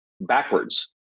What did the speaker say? backwards